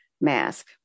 mask